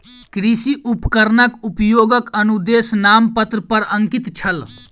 कृषि उपकरणक उपयोगक अनुदेश नामपत्र पर अंकित छल